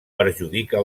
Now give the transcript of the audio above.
perjudica